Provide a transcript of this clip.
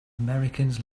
americans